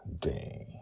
day